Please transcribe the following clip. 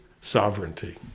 sovereignty